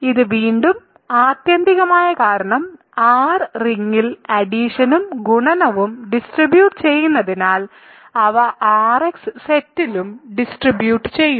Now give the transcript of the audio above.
ഇത് വീണ്ടും ആത്യന്തികമായി കാരണം R റിംഗിൽ അഡിഷനും ഗുണനവും ഡിസ്ട്രിബ്യുട്ട് ചെയ്യുന്നതിനാൽ അവ Rx സെറ്റിലും ഡിസ്ട്രിബ്യുട്ട് ചെയ്യുന്നു